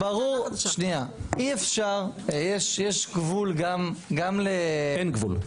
יש גבול גם ל --- אין גבול,